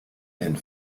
and